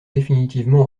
définitivement